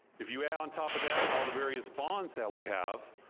if you add on top of that all the various bonds that we have,